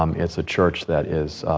um it's a church that is,